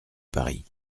paris